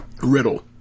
riddle